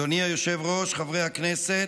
אדוני היושב-ראש, חבריי חברי הכנסת,